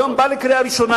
היום הוא בא לקריאה ראשונה,